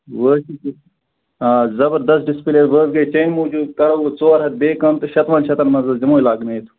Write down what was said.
آ زَبردَس ڈِسپیلے گۅڈٕ گٔے تَمی موٗجوٗب کرو ژور ہتھ بیٚیہِ کَم تہٕ شتٕوُہن شیٚتَن منٛز حظ دِمہو لأگنأوتھ